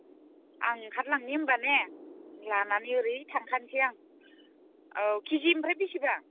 आं ओंखारलांनि होनबा ने लानानै ओरै थांखानोसै आं औ केजि ओमफ्राय बेसेबां